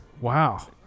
wow